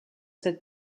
cette